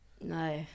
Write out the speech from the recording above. No